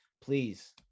please